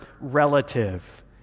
relative